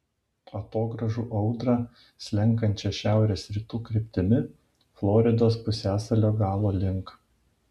atogrąžų audrą slenkančią šiaurės rytų kryptimi floridos pusiasalio galo link